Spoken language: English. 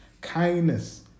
kindness